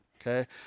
okay